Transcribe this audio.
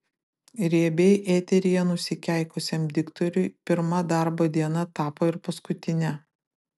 riebiai eteryje nusikeikusiam diktoriui pirma darbo diena tapo ir paskutine